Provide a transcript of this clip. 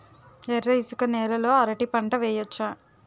ఎర్ర ఇసుక నేల లో అరటి పంట వెయ్యచ్చా?